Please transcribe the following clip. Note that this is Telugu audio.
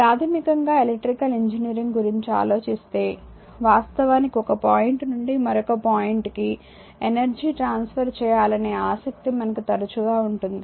ప్రాథమికంగా ఎలక్ట్రికల్ ఇంజనీరింగ్ గురించి ఆలోచిస్తే వాస్తవానికి ఒక పాయింట్ నుండి మరొక పాయింట్ కి ఎనర్జీ ట్రాన్స్ఫర్ చేయాలనే ఆసక్తి మనకు తరచుగా ఉంటుంది